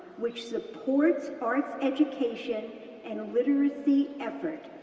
which supports arts education and illiteracy effort,